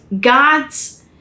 god's